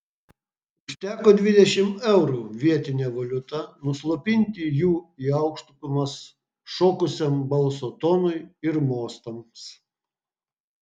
užteko dvidešimt eurų vietine valiuta nuslopinti jų į aukštumas šokusiam balso tonui ir mostams